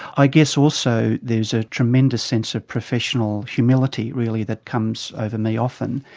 i guess also there's a tremendous sense of professional humility really that comes over me often.